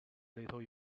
little